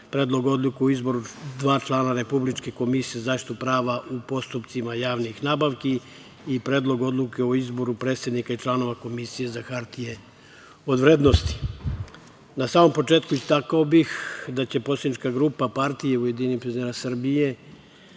Predlog odluke o izboru dva člana Republičke komisije za zaštitu prava u postupcima javnih nabavki i Predlog odluke o izboru predsednika i članova Komisije za hartije od vrednosti. Na samom početku istakao bih da će poslanička grupa Partije ujedinjenih penzionera Srbije,